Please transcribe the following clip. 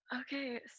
Okay